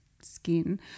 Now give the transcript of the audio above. skin